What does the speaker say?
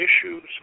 issues